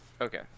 Okay